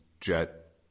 jet